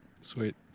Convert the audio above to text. Sweet